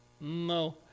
No